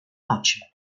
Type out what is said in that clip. noche